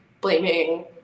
blaming